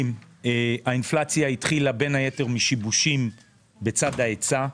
האינפלציה התחילה בין היתר משיבושים בצד ההיצע.